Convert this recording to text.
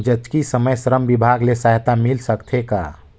जचकी समय श्रम विभाग ले सहायता मिल सकथे का?